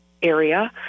area